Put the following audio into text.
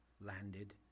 landed